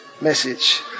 message